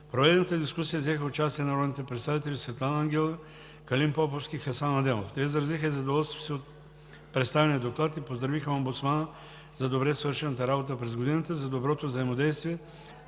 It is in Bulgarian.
проведената дискусия взеха участие народните представители Светлана Ангелова, Калин Поповски, Хасан Адемов. Те изразиха задоволството си от представения доклад и поздравиха омбудсмана за добре свършената работа през годината, за доброто взаимодействие